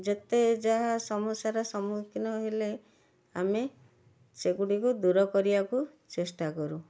ଯେତେ ଯାହା ସମସ୍ୟାର ସମ୍ମୁଖୀନ ହେଲେ ଆମେ ସେଗୁଡ଼ିକୁ ଦୂର କରିବାକୁ ଚେଷ୍ଟା କରୁ